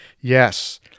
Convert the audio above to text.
yes